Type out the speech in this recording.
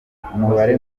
umubare